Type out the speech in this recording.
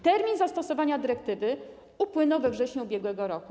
Termin zastosowania dyrektywy upłynął we wrześniu ub.r.